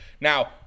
Now